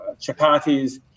chapatis